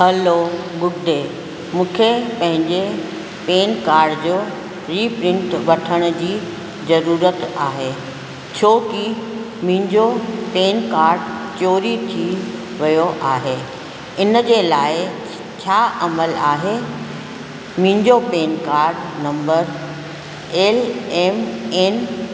hello good day मूंखे पंहिंजे PAN card जो रीप्रिंट वठण जी ज़रूरत आहे छो की मुंहिंजो पेन कार्ड चोरी थी वियो आहे इन जे लाइ छ छा अमलु आहे मुंहिंजो PAN card number L M N